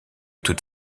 toute